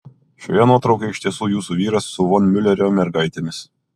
šioje nuotraukoje iš tiesų jūsų vyras su von miulerio mergaitėmis